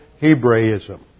Hebraism